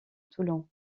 toulon